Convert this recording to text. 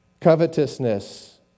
Covetousness